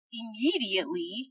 immediately